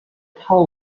how